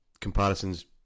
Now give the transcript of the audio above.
comparisons